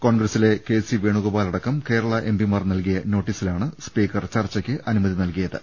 കോൺഗ്ര സിലെ K C Venugopal അടക്കം കേരള എം പിമാർ നല്കിയ നോട്ടീസിലാണ് സ്പീക്കർ ചർച്ചക്ക് അനുമതി നൽകി യത്